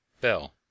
Bell